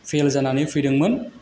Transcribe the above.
fail जानानै फैदोंमोन